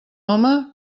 home